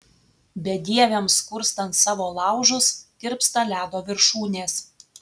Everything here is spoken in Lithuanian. bedieviams kurstant savo laužus tirpsta ledo viršūnės